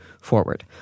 forward